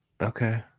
Okay